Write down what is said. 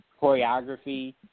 Choreography